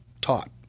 taught